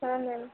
ಹಾಂ ಮ್ಯಾಮ್